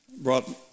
brought